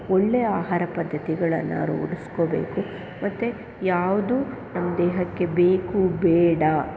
ಒಳ್ಳೆ ಆಹಾರ ಪದ್ದತಿಗಳನ್ನು ರೂಢಿಸ್ಕೋಬೇಕು ಮತ್ತು ಯಾವುದು ನಮ್ಮ ದೇಹಕ್ಕೆ ಬೇಕು ಬೇಡ